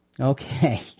Okay